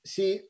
See